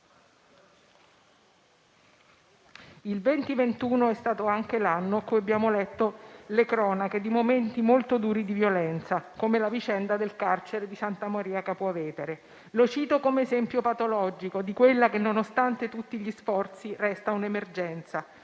Il 2021 è stato anche l'anno in cui abbiamo letto le cronache di momenti molto duri di violenza, come la vicenda del carcere di Santa Maria Capua Vetere, che cito come esempio patologico di quella che, nonostante tutti gli sforzi, resta un'emergenza.